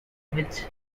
which